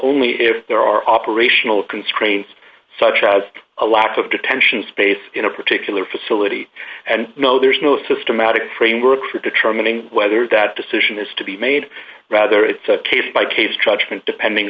only if there are operational constraints such as a lack of detention space in a particular facility and you know there's no systematic framework for determining whether that decision has to be made rather it's a case by case judgment depending